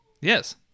Yes